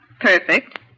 Perfect